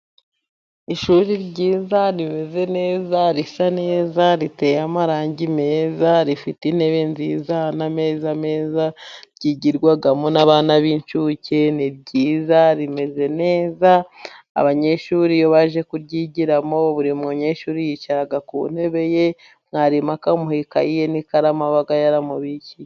Ishuri ryiza, rimeze neza, risa neza, riteye amarangi meza, rifite intebe nziza n'ameza meza, ryigirwagamo n'abana b'incuke. Ni ryiza rimeze neza, abanyeshuri baje kuryigiramo. Buri munyeshuri yicara ku ntebe ye mwarimu akamuha ikayi ye n'ikaramu aba yaramubikiye.